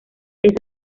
eso